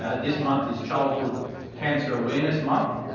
this month is childhood cancer awareness month,